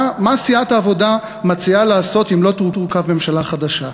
מה סיעת העבודה מציעה לעשות אם לא תורכב ממשלה חדשה?